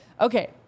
Okay